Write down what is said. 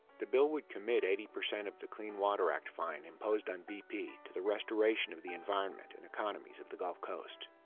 the bill would commit eighty percent of the clean water act fine imposed on bp to the restoration of the environment and economies of the gulf coast.